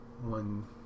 One